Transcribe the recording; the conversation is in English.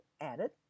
added